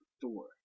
Thor